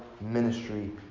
ministry